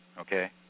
okay